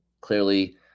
Clearly